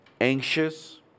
anxious